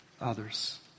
Others